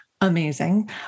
Amazing